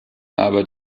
aber